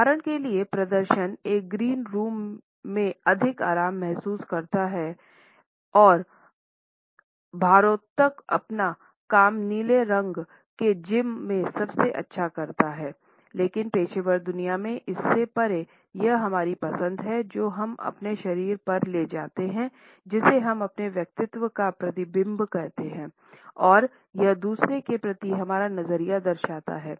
उदाहरण के लिए प्रदर्शन एक ग्रीन रूम में अधिक आराम महसूस कराता है और भारोत्तोलक अपना काम नीले रंग के जिम में सबसे अच्छा करते हैं लेकिन पेशेवर दुनिया में इससे परे यह हमारी पसंद है जो हम अपने शरीर पर ले जाते हैं जिसे हम अपने व्यक्तित्व का प्रतिबिम्बित करते हैं और यह दूसरे के प्रति हमारा नजरिया दर्शाता है